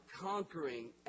conquering